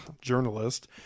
journalist